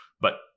But-